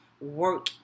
work